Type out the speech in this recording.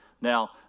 Now